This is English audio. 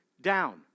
down